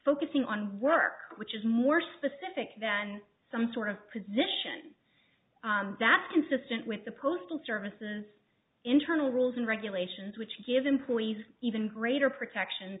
focusing on work which is more specific than some sort of position that's consistent with the postal services internal rules and regulations which give employees even greater protection